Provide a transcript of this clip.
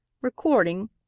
Recording